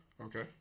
Okay